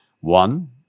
One